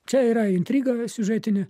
čia yra intriga siužetinė